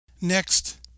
Next